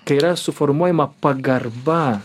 kai yra suformuojama pagarba